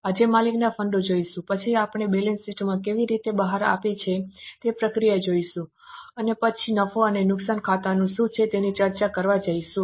આજે માલિકોના ફંડમાં જઈશું પછી આપણે બેલેન્સ શીટ કેવી રીતે બહાર આવે છે તે પ્રક્રિયા જોઈશું અને પછી નફો અને નુકસાન ખાતું શું છે તેની ચર્ચા કરવા જઈશું